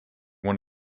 one